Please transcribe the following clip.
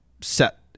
set